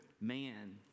Man